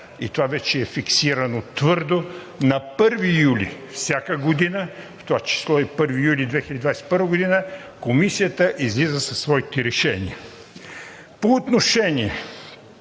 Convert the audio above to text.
и това вече е фиксирано твърдо на 1 юли всяка година, в това число и 1 юли 2021 г., Комисията излиза със своите решения. По отношение